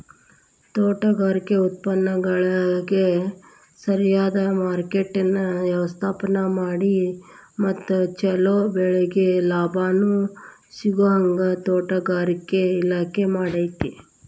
ತೋಟಗಾರಿಕೆ ಉತ್ಪನ್ನಗಳಿಗ ಸರಿಯದ ಮಾರ್ಕೆಟ್ನ ವ್ಯವಸ್ಥಾಮಾಡಿ ಮತ್ತ ಚೊಲೊ ಬೆಳಿಗೆ ಲಾಭಾನೂ ಸಿಗೋಹಂಗ ತೋಟಗಾರಿಕೆ ಇಲಾಖೆ ಮಾಡ್ತೆತಿ